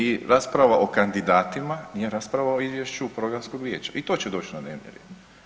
I rasprava o kandidatima nije rasprava o izvješću programskog vijeća i to će doći na dnevni red.